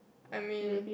I mean